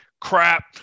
crap